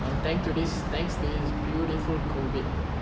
and thanks to this thanks to this beautiful COVID